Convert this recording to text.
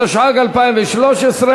התשע"ג 2013,